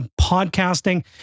podcasting